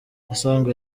asanga